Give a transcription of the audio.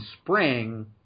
spring